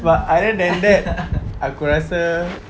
but other than that aku rasa